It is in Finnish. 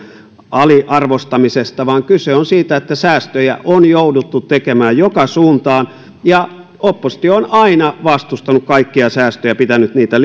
aliarvostamisesta vaan kyse on siitä että säästöjä on jouduttu tekemään joka suuntaan ja oppositio on aina vastustanut kaikkia säästöjä pitänyt niitä